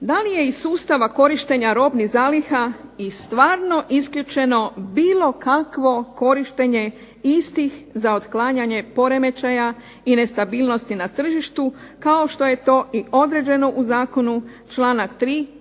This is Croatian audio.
da li je iz sustava korištenja robnih zaliha i stvarno isključeno bilo kakvo korištenje istih za otklanjanje poremećaja i nestabilnosti na tržištu, kao što je to i određeno u zakonu članak 3.